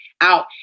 out